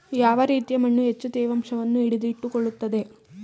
ಯಾವ ರೀತಿಯ ಮಣ್ಣು ಹೆಚ್ಚು ತೇವಾಂಶವನ್ನು ಹಿಡಿದಿಟ್ಟುಕೊಳ್ಳುತ್ತದೆ?